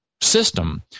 system